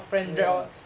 对 lah